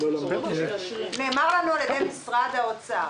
נאמר לנו על-ידי משרד האוצר